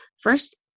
first